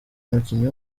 umukinnyi